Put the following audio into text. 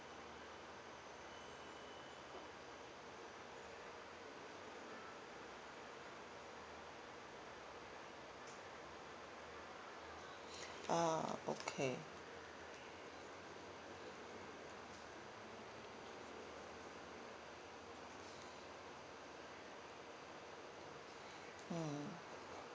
ah okay mm